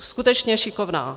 Skutečně šikovná.